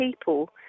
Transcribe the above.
people